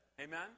Amen